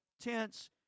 tents